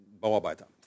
Bauarbeiter